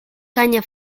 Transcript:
caña